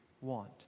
want